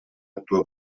actua